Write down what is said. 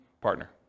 partner